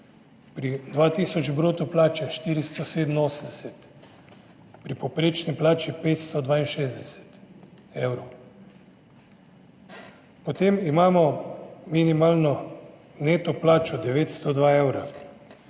tisoč bruto plače 487, pri povprečni plači 562 evrov. Potem imamo minimalno neto plačo 902 evra.